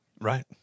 Right